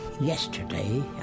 yesterday